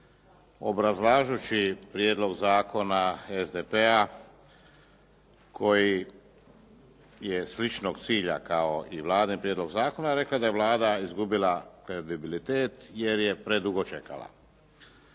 obrazlažući prijedlog zakona SDP-a koji je sličnog cilja kao i Vladin prijedlog zakona rekla da je Vlada izgubila kredibilitet jer je predugo čekala.